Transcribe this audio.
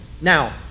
Now